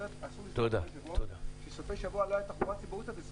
אחרת --- שסופי שבוע לא הייתה תחבורה ציבורית עד ה-28.